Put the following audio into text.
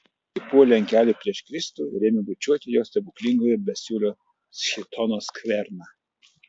ji puolė ant kelių prieš kristų ir ėmė bučiuoti jo stebuklingojo besiūlio chitono skverną